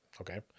Okay